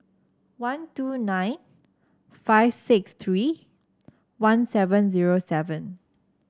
one two nine five six three one seven zero seven